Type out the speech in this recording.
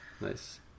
Nice